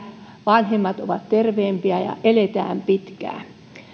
vanhemmat ovat terveempiä ja eletään pitkään